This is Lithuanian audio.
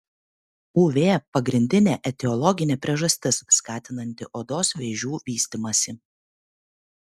uv pagrindinė etiologinė priežastis skatinanti odos vėžių vystymąsi